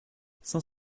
cinq